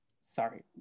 sorry